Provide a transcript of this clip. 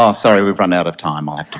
ah sorry we've run out of time, i